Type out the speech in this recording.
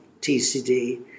TCD